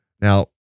Now